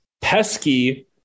pesky